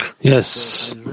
Yes